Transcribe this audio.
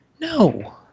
no